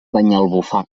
banyalbufar